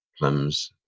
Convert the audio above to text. Plums